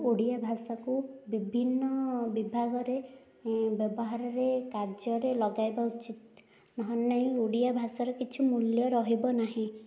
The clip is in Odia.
ଓଡ଼ିଆ ଭାଷାକୁ ବିଭିନ୍ନ ବିଭାଗରେ ବ୍ୟବହାରରେ କାର୍ଯ୍ୟରେ ଲଗାଇବା ଉଚିତ ନହେଲେ ନାହିଁ ଓଡ଼ିଆ ଭାଷାର କିଛି ମୂଲ୍ୟ ରହିବ ନାହିଁ